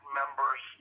members